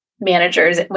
managers